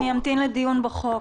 אני אמתין לדיון בחוק.